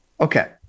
Okay